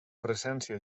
presència